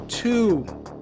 Two